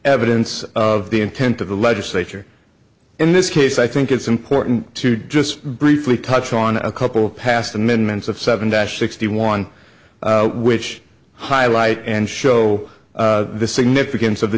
evidence of the intent of the legislature in this case i think it's important to just briefly touch on a couple past the minutes of seven dash sixty one which highlight and show the significance of the